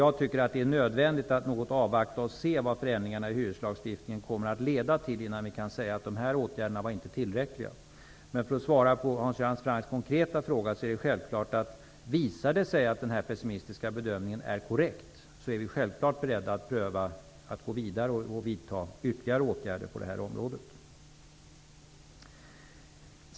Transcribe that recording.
Jag tycker att det är nödvändigt att avvakta något och se vad förändringarna i hyreslagstiftningen kommer att leda till, innan vi kan säga att åtgärderna inte är tillräckliga. Som svar på Hans Göran Francks konkreta fråga vill jag säga: Om det visar sig att den pessimistiska bedömningen är korrekt så är vi självfallet beredda att gå vidare och vidta ytterligare åtgärder på det här området.